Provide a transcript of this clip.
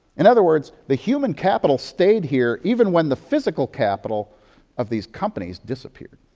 in other words, the human capital stayed here, even when the physical capital of these companies disappeared.